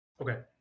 Okay